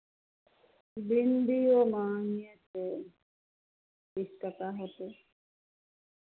भिण्डिओ महंगे छै तीस टाका हेतै